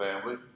family